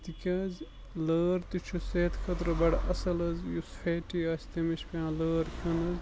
تِکیٛازِ لٲر تہِ چھُ صحت خٲطرٕ بَڑٕ اَصٕل حظ یُس فیٹی آسہِ تٔمِس چھِ پٮ۪وان لٲر کھیوٚن